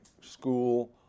school